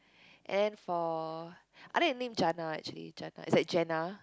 and then for I like the name Jana actually Jana it's like Joanna